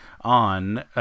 on